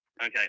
Okay